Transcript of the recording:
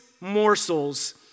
morsels